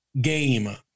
game